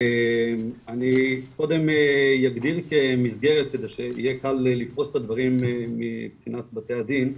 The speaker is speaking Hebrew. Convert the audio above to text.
אני קודם יקדים כמסגרת בשביל שיהיה קל לפרוס את הדברים מבחינת בתי הדין.